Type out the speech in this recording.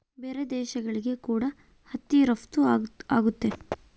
ಬೇರೆ ದೇಶಗಳಿಗೆ ಕೂಡ ಹತ್ತಿ ರಫ್ತು ಆಗುತ್ತೆ